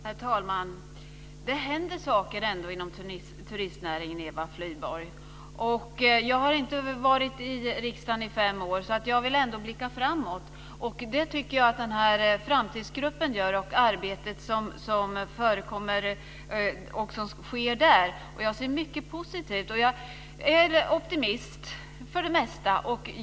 Herr talman! Det händer saker ändå inom turistnäringen, Eva Flyborg. Jag har inte varit i riksdagen i fem år. Jag vill ändå blicka framåt. Det tycker jag att den här framtidsgruppen gör med det arbete som förekommer där. Jag ser mycket positivt, och jag är optimist för det mesta.